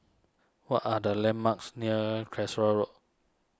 what are the landmarks near Calshot Road